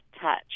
touch